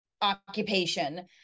occupation